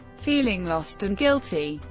feeling lost and guilty,